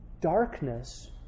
darkness